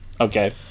Okay